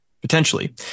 Potentially